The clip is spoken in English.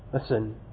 Listen